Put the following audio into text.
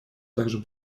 также